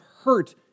hurt